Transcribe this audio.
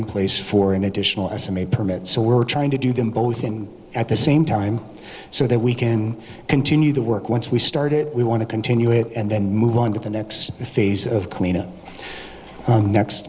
in place for an additional estimate permit so we're trying to do them both in at the same time so that we can continue the work once we start it we want to continue it and then move on to the next phase of cleanup the next